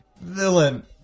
Villain